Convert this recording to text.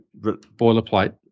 boilerplate